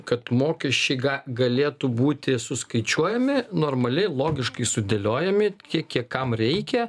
kad mokesčiai ga galėtų būti suskaičiuojami normaliai logiškai sudėliojami kiek kiek kam reikia